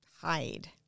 hide